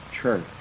church